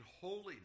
holiness